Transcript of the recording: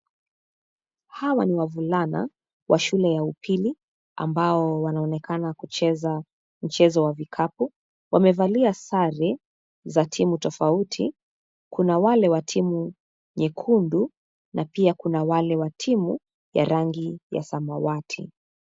Hawa ni wavulana, wa shule ya upili, ambao wanaonekana kucheza mchezo wa vikabu. Wamevalia sare, za timu tofauti. Kuna wale wa timu, nyekundu na pia kuna wale wa timu, ya rangi ya samawati.